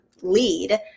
lead